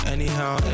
Anyhow